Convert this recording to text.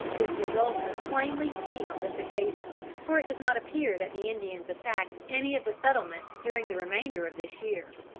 this result was plainly seen on this occasion, for it does not appear that the indians attacked any of the settlements during the remainder of this year.